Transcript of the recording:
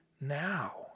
now